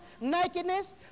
nakedness